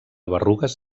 berrugues